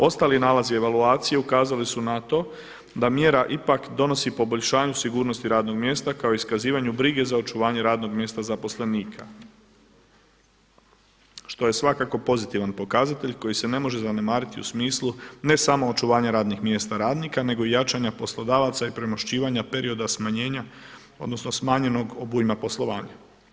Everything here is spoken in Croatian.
Ostali nalazi evaluacije ukazali su na to da mjera ipak donosi poboljšanju sigurnosti radnog mjesta kao iskazivanju brige za očuvanje radnog mjesta zaposlenika što je svakako pozitivan pokazatelj koji se ne može zanemariti u smislu ne samo očuvanja radnih mjesta radnika nego i jačanja poslodavaca i premošćivanja perioda smanjenja, odnosno smanjenog obujma poslovanja.